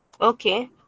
Okay